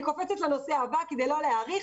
אני קופצת לנושא הבא כדי לא להאריך.